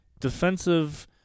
defensive